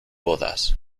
bodas